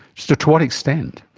so to what extent?